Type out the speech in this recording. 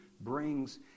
brings